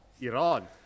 Iran